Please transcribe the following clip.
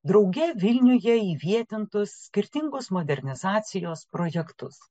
drauge vilniuje įvietintus skirtingus modernizacijos projektus